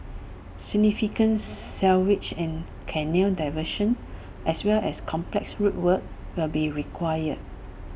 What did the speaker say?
significant sewage and canal diversions as well as complex road work will be required